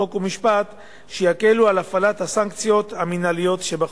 חוק ומשפט שיקלו על הפעלת הסנקציות המינהליות שבחוק.